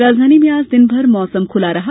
राजधानी में आज दिन भर मौसम खुला रहा